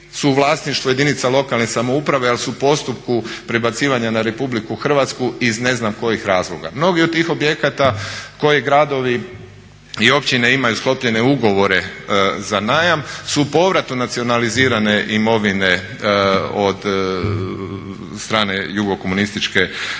u vlasništvu jedinica lokalne samouprave ali su u postupku prebacivanja na RH iz ne znam kojih razloga. Mnogi od tih objekata koje gradovi i općine imaju sklopljene ugovore za najam su u povratu nacionalizirane imovine od strane jugokomunističke vladavine.